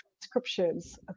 transcriptions